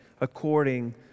according